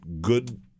good